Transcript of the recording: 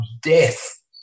death